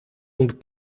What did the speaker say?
und